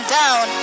down